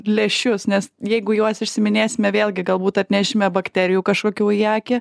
lęšius nes jeigu juos užsiiminėsime vėlgi galbūt atnešime bakterijų kažkokių į akį